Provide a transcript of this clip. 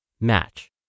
match